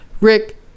Rick